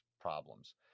problems